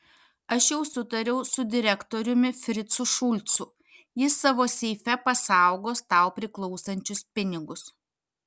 aš jau sutariau su direktoriumi fricu šulcu jis savo seife pasaugos tau priklausančius pinigus